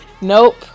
Nope